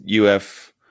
UF